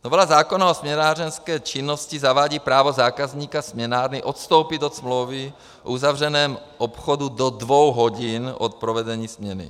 Novela zákona o směnárenské činnosti zavádí právo zákazníka směnárny odstoupit od smlouvy v uzavřeném obchodu do dvou hodin od provedení směny.